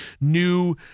new